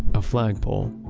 a flag pole.